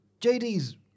JD's